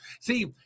See